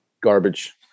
garbage